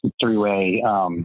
three-way